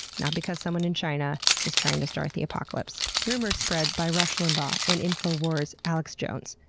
not because someone in china is trying to start the apocalypse rumors spread by rush limbaugh and infowars' alex jones,